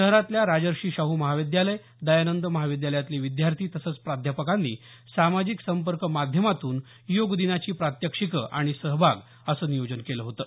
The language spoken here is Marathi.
शहरातल्या राजर्षी शाहू महाविद्यालय दयानंद महाविद्यालयातले विद्यार्थी तसंच प्राध्यापकांनी सामाजिक संपर्क माध्यमातून योग दिनाची प्रात्यक्षिकं आणि सहभाग असं नियोजन केलं होतं